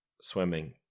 swimming